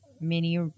mini